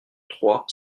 trois